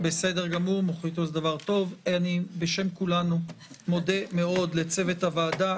בשם כולנו מודה מאוד לצוות הוועדה,